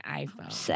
iPhone